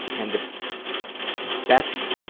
and the best